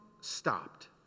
stopped